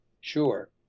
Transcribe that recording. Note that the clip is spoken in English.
Sure